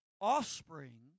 offspring